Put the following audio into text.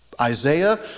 Isaiah